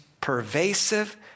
pervasive